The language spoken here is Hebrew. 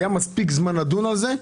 היה מספיק זמן לדון על זה,